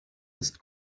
ist